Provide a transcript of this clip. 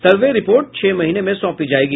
सर्वे report छह महीने में सौंपी जायेगी